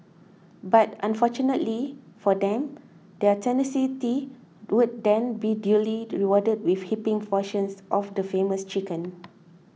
but fortunately for them their tenacity would then be duly rewarded with heaping portions of the famous chicken